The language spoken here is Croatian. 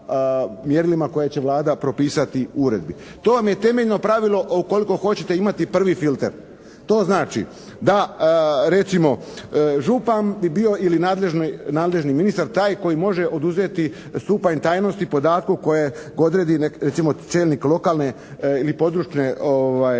koje će Vlada propisati uredbi. To vam je temeljno pravilo ukoliko hoćete imati prvi filter. To znači, da recimo župan bi bio ili nadležni ministar taj koji može oduzeti stupanj tajnosti podatku kojeg odredi recimo čelnik lokalne ili područne,